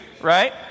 right